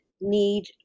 need